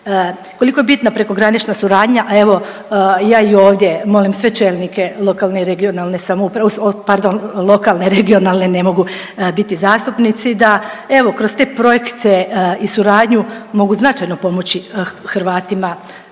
Koliko je bitna prekogranična suradnja, a evo ja i ovdje molim sve čelnike lokalne i regionalne samouprave, pardon lokalne, regionalne ne mogu biti zastupnici, da evo kroz te projekte i suradnju mogu značajno pomoći Hrvatima